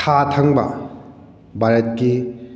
ꯈꯥ ꯊꯪꯕ ꯚꯥꯔꯠꯀꯤ